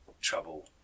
trouble